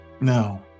No